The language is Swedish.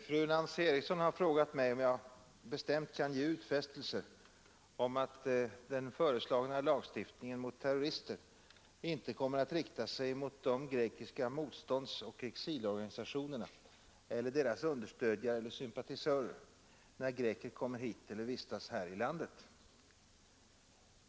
Herr talman! Fru Eriksson i Stockholm har frågat mig om jag bestämt kan ge utfästelser om att den föreslagna lagstiftningen mot terrorister inte kommer att rikta sig mot de grekiska motståndsoch exilorganisationerna eller deras understödjare eller sympatisörer, när greker kommer hit eller vistas här i landet.